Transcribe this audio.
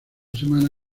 semana